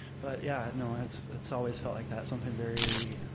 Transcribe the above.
but yeah, no, it's it's always felt like that, something very,